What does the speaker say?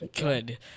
good